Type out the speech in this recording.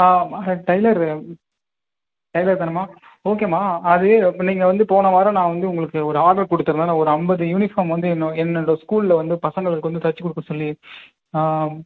மா tailor tailor தானேம்மா ஓகேம்மா அது இப்போ நீங்கள் வந்து போன வாரம் நான் வந்து உங்களுக்கு ஒரு ஆர்டர் கொடுத்துருந்தேன் ஒரு ஐம்பது யூனிஃபார்ம் வந்து என்னோ என்னோடய ஸ்கூல்லில் வந்து பசங்களுக்கு வந்து தைச்சுக் கொடுக்க சொல்லி ஆ